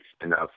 enough